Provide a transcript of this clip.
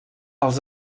els